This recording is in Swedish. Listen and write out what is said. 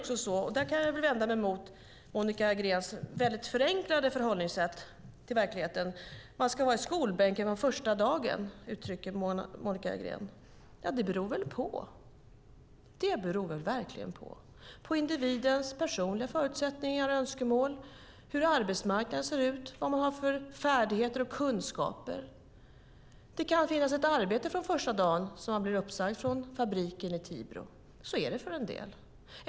Jag kan vända mig mot Monica Greens väldigt förenklade förhållningssätt till verkligheten. Man ska vara i skolbänken från första dagen, säger Monica Green. Ja, det beror väl på. Det beror verkligen på. Det beror på individens personliga förutsättningar och önskemål, hur arbetsmarknaden ser ut, vad man har för färdigheter och kunskaper. Det kan finnas ett arbete från första dagen när man blir uppsagd från fabriken i Tibro. Så är det för en del.